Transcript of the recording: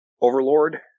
overlord